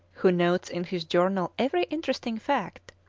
who notes in his journal every interesting fact,